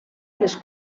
les